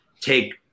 take